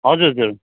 हजुर हजुर